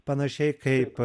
panašiai kaip